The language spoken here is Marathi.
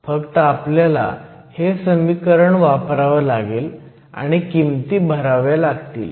फक्त आपल्याला हे समीकरण वापरावं लागेल आणि किमती भराव्या लागतील